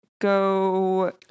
go